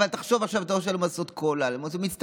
אבל תחשוב על זה שהם רוצים קולה ומיץ תפוזים,